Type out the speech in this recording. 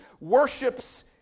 worships